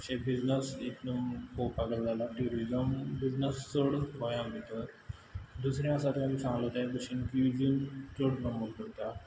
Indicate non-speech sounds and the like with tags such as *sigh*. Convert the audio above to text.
अशें बिजनेस *unintelligible* पोवपा गेल जाल्यार ट्युरिजम बिजनस चड गोंयां भितर दुसरें आसा तें हांवें सांगलां ते भाशेन क्विझीन चड प्रमोट करता